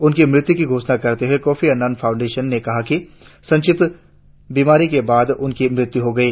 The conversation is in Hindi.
उनकी मृत्यु की घोषणा करते हुए कोफी अन्नान फाउंडेशन ने कहा कि संक्षिप्त बीमारी के बाद उनकी मृत्यु हुई